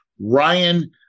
Ryan